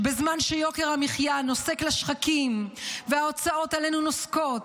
כשבזמן שיוקר המחיה נוסק לשחקים וההוצאות עלינו נוסקות